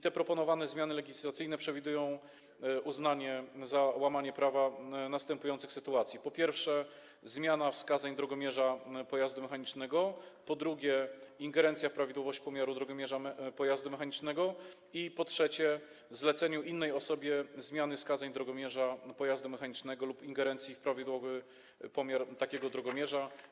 Te proponowane zmiany legislacyjne przewidują uznanie za złamanie prawa następujących sytuacji: po pierwsze, zmiany wskazań drogomierza pojazdu mechanicznego, po drugie, ingerencji w prawidłowość pomiaru drogomierza pojazdu mechanicznego i, po trzecie, zlecenia innej osobie zmiany wskazań drogomierza pojazdu mechanicznego lub ingerencji w prawidłowy pomiar takiego drogomierza.